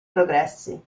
progressi